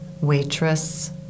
waitress